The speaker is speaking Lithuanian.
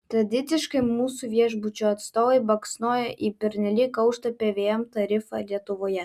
tradiciškai mūsų viešbučių atstovai baksnoja į pernelyg aukštą pvm tarifą lietuvoje